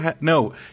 no